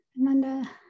Amanda